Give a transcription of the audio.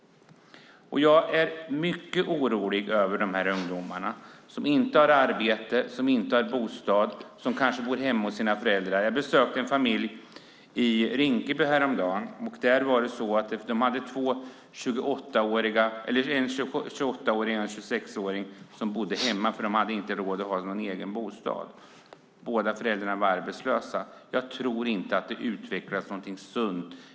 Jag är mycket orolig över de här ungdomarna, som inte har arbete och som inte har bostad och kanske bor hemma hos sina föräldrar. Jag besökte en familj i Rinkeby häromdagen. De har en 26-åring och en 28-åring som bor hemma eftersom de inte har råd med någon egen bostad. Båda föräldrarna är också arbetslösa. Jag tror inte att det utvecklas någonting sunt av detta.